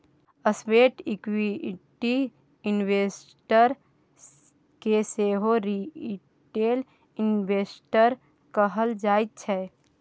sweat equity investor केँ सेहो retail investor कहल जाइ छै